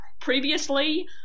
previously